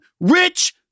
rich